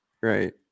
Right